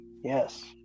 Yes